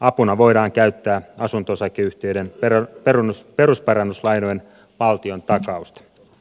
apuna voidaan käyttää asunto osakeyhtiöiden perusparannuslainojen valtiontakausta